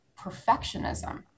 perfectionism